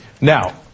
Now